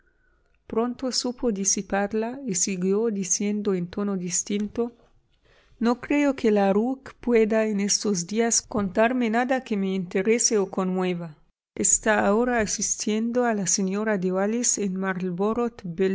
pronto supo disiparla y siguió diciendo en tono distinto no creo que la rook pueda en estos días contarme nada que me interese o conmueva está ahora asistiendo a la señora